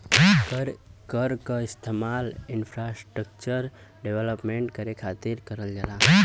कर क इस्तेमाल इंफ्रास्ट्रक्चर डेवलपमेंट करे खातिर करल जाला